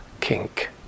kink